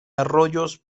arroyos